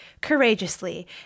courageously